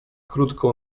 krótką